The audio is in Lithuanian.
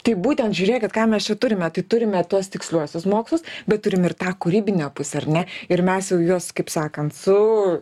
tai būtent žiūrėkit ką mes čia turime tai turime tuos tiksliuosius mokslus bet turim ir tą kūrybinę pusę ar ne ir mes jau juos kaip sakant suženijom